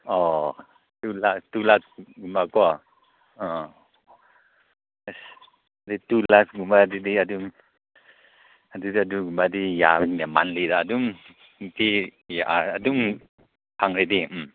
ꯑꯣ two lakh two lakhs ꯒꯨꯝꯕ ꯀꯣ ꯑ ꯑꯁ ꯑꯗꯨ ꯇꯨ ꯂꯥꯛꯁ ꯒꯨꯝꯕ ꯑꯗꯨꯗꯤ ꯑꯗꯨꯒꯨꯝꯕꯗꯤ ꯌꯥꯕꯅꯤꯅꯦ ꯃꯟꯂꯤꯗ ꯑꯗꯨꯝ ꯑꯗꯨꯝ ꯐꯪꯂꯗꯤ ꯎꯝ